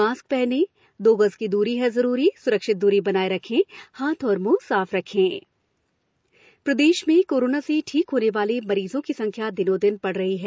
mask पहनें दो गज दूरी है जरूरी सुरक्षित दूरी बनाये रखें हाथ और मुंह साफ रखें प्रदेश कोरोना प्रदेश में कोरोना से ठीक होने वाले मरीजों की संख्या दिनोदिन बढ़ रही है